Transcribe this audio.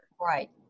Right